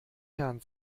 herrn